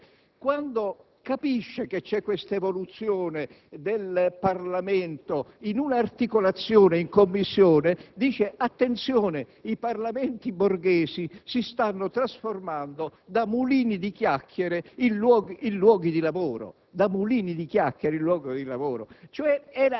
nel suo libro «Stato e rivoluzione», quando capisce che c'è una evoluzione dei parlamenti in un'articolazione in commissioni specializzate dice: «Attenzione, i parlamenti borghesi si stanno trasformando da mulini di chiacchiere in luoghi di lavoro». Vede,